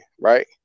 right